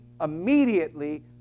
immediately